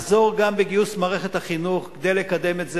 נעזור גם בגיוס מערכת החינוך כדי לקדם את זה.